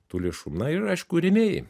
tų lėšų na ir aišku rėmėjai